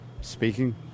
speaking